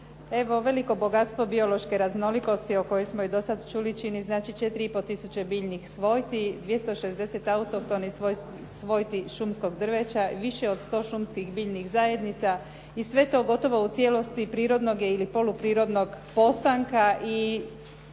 Veliko bogatstvo biološke raznolikosti o kojem smo i do sad čuli čini znači 4,5 tisuće biljnih svojti, 260 autohtonih svojti šumskog drveća i više od 100 šumskih biljnih zajednica i sve to gotovo u cijelosti prirodnog ili poluprirodnog postanka i